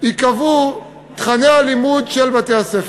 ייקבעו תוכני הלימוד של בתי-הספר,